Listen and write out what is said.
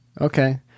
Okay